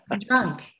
Drunk